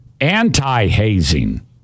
anti-hazing